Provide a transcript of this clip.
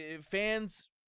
Fans